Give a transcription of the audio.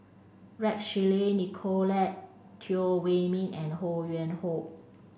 Rex Shelley Nicolette Teo Wei min and Ho Yuen Hoe